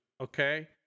okay